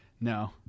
No